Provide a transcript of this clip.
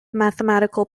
mathematical